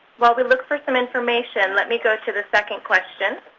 while we look for some information, let me go to the second question,